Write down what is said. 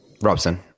Robson